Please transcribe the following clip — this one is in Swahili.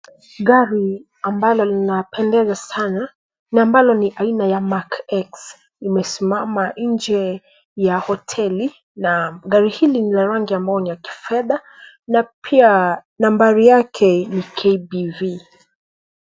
Gari ambalo linapendeza sana na ambalo ni aina ya Mark X limesimama nje ya hoteli na gari hili lina rangi ambayo ni ya kifedha na pia nambari yake ni KBV.